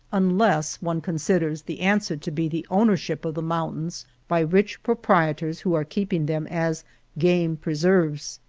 unless one considers the answer to be the owner ship of the mountains by rich proprietors who are keeping them as game preserves.